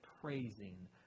praising